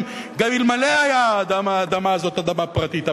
גם אלמלא היתה האדמה הזאת אדמה פרטית.